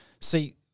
see